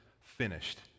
finished